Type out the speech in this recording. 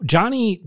Johnny